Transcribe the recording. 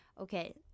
Okay